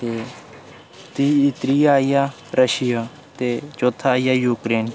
ते त्रीआ आई गेआ रशिया ते चौथा आई गेआ यूक्रेन